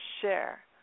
share